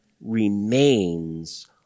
remains